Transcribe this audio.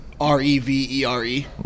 R-E-V-E-R-E